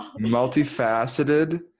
multifaceted